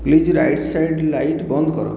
please right side light ବନ୍ଦ କର